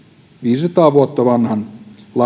viisisataa vuotta vanhan